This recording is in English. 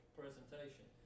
presentation